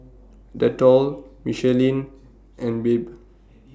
Dettol Michelin and Bebe